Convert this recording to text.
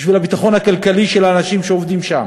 בשביל הביטחון הכלכלי של האנשים שעובדים שם,